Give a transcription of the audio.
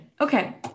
okay